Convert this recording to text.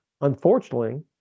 Unfortunately